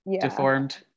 deformed